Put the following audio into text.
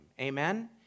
Amen